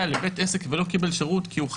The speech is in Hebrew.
לבית עסק ולא קיבל שירות כי הוא חרדי,